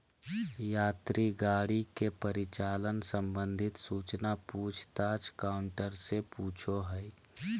यात्री गाड़ी के परिचालन संबंधित सूचना पूछ ताछ काउंटर से पूछो हइ